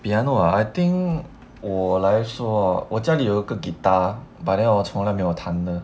piano ah I think 我来说我家里有一个 guitar but then 我从来没有弹呢